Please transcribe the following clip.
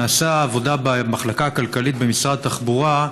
נעשית עבודה במחלקה הכלכלית במשרד התחבורה,